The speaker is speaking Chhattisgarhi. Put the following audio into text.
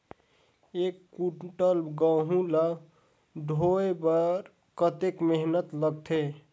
एक कुंटल गहूं ला ढोए बर कतेक मेहनत लगथे?